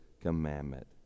commandment